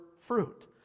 fruit